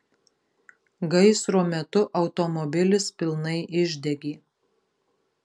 gaisro metu automobilis pilnai išdegė